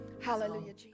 Hallelujah